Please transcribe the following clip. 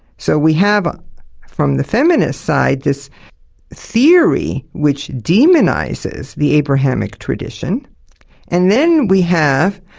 so we have from the feminist side this theory which demonises the abrahamic tradition and then we have,